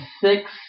six